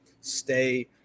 stay